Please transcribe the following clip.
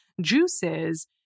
juices